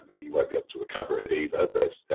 um you won't be able to recover it either, but